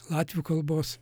latvių kalbos